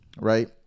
right